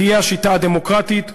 תהיה השיטה הדמוקרטית,